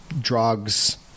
drugs